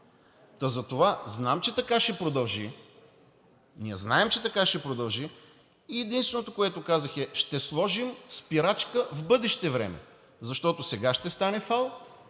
Та затова знам, че така ще продължи, ние знаем, че така ще продължи и единственото, което казах, е, че ще сложим спирачка в бъдеще време. Защото сега ще стане фал